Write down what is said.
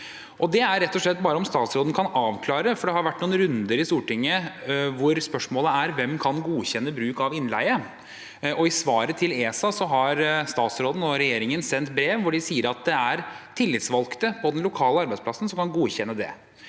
slett bare om statsråden kan avklare noe, for det har vært noen runder i Stortinget hvor spørsmålet er: Hvem kan godkjenne bruk av innleie? I svarbrevet til ESA sier statsråden og regjeringen at det er tillitsvalgte og den lokale arbeidsplassen som kan godkjenne det,